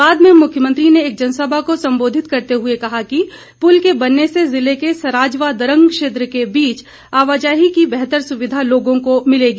बाद में मुख्यमंत्री ने एक जनसभा को सम्बोधित करते हुए कहा कि पुल के बनने से जिले के सराज व द्रंग क्षेत्र के बीच आवाजाही की बेहतर सुविधा लोगों को मिलेगी